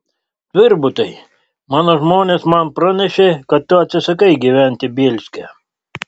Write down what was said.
tvirbutai mano žmonės man pranešė kad tu atsisakai gyventi bielske